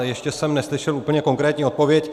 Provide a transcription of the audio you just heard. Ještě jsem neslyšel úplně konkrétní odpovědi.